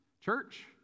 church